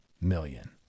million